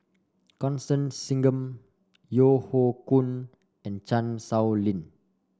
Constance Singam Yeo Hoe Koon and Chan Sow Lin